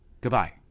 Goodbye